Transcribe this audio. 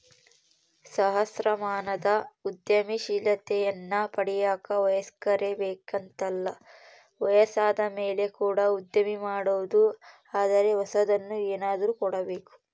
ಸಹಸ್ರಮಾನದ ಉದ್ಯಮಶೀಲತೆಯನ್ನ ಪಡೆಯಕ ವಯಸ್ಕರೇ ಬೇಕೆಂತಲ್ಲ ವಯಸ್ಸಾದಮೇಲೆ ಕೂಡ ಉದ್ಯಮ ಮಾಡಬೊದು ಆದರೆ ಹೊಸದನ್ನು ಏನಾದ್ರು ಕೊಡಬೇಕು